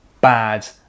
bad